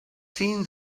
seen